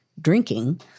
drinking